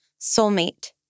soulmate